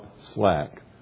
slack